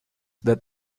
that